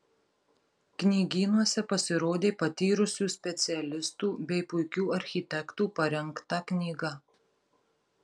knygynuose pasirodė patyrusių specialistų bei puikių architektų parengta knyga